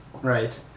Right